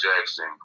Jackson